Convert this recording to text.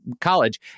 college